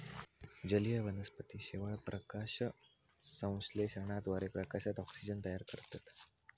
जलीय वनस्पती शेवाळ, प्रकाशसंश्लेषणाद्वारे प्रकाशात ऑक्सिजन तयार करतत